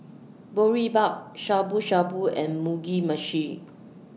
Boribap Shabu Shabu and Mugi Meshi